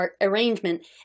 arrangement